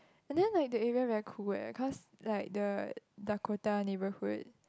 and then like the area very cool leh cause like the Dakota neighbourhood